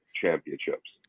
championships